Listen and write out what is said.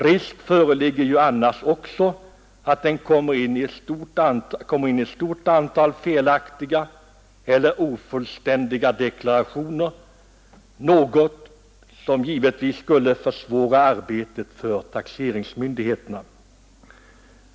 Risk föreligger ju annars också att det kommer in ett stort antal felaktiga eller ofullständiga deklarationer, något som givetvis skulle försvåra arbetet för taxeringsmyndigheterna.